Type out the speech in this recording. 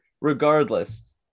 regardless